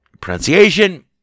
pronunciation